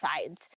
sides